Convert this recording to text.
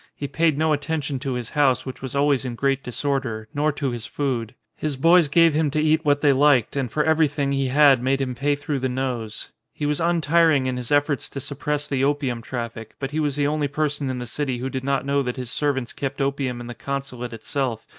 he paid no attention to his house, which was always in great disorder, nor to his food his boys gave him to eat what they liked and for everything he had made him pay through the nose. he was un tiring in his efforts to suppress the opium traffic, but he was the only person in the city who did not know that his servants kept opium in the consulate itself,